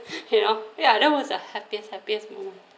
you know ya that was the happiest happiest moment